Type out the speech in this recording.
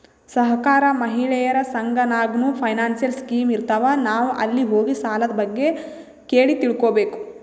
ಸಹಕಾರ, ಮಹಿಳೆಯರ ಸಂಘ ನಾಗ್ನೂ ಫೈನಾನ್ಸಿಯಲ್ ಸ್ಕೀಮ್ ಇರ್ತಾವ್, ನಾವ್ ಅಲ್ಲಿ ಹೋಗಿ ಸಾಲದ್ ಬಗ್ಗೆ ಕೇಳಿ ತಿಳ್ಕೋಬೇಕು